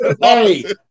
Hey